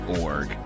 org